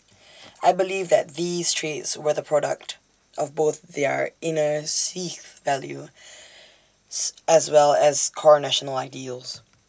I believe that these traits were the product of both their inner Sikh values as well as core national ideals